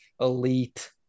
elite